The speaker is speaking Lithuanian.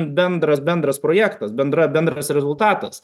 bendras bendras projektas bendra bendras rezultatas